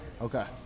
okay